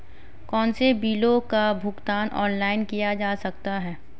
कौनसे बिलों का भुगतान ऑनलाइन किया जा सकता है?